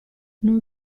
non